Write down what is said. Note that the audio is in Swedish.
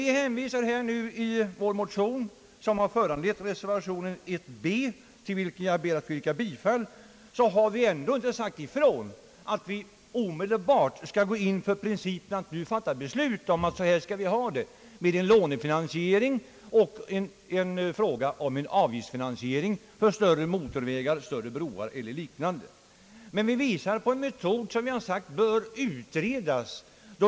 I vår motion begär vi inte att riksdagen omedelbart skall fatta beslut om lånefinansiering eller avgiftsfinansiering för större motorvägar och broar m.m. Men vi visar på en metod som bör utredas.